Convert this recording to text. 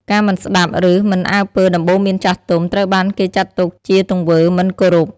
ការមិនស្ដាប់ឬមិនអើពើដំបូន្មានចាស់ទុំ ត្រូវបានគេចាត់ទុកជាទង្វើមិនគោរព។